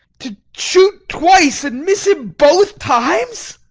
to shoot twice and miss him both times!